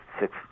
six